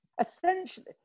Essentially